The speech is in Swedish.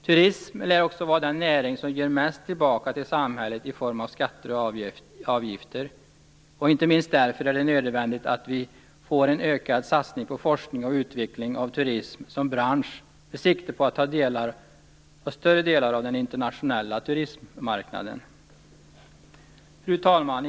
Turismen lär också vara den näring som ger mest tillbaka till samhället i form av skatter och avgifter. Inte minst därför är det nödvändigt att vi får en ökad satsning på forskning och utveckling av turismen som bransch med siktet inställt på att ta större andelar av den större internationella turismmarknaden. Fru talman!